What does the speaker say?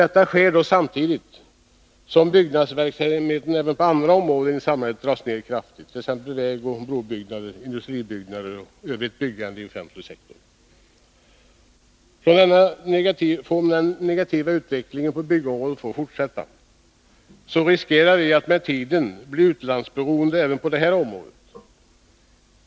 Detta sker samtidigt som byggnadsverksamheten även på andra områden i samhället dras ned kraftigt, t.ex. vägoch brobyggande, industribyggande och övrigt byggande inom offentlig sektor. Får denna negativa utveckling på byggområdet fortsätta, riskerar vi att med tiden bli utlandsberoende även på detta område.